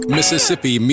Mississippi